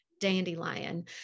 Dandelion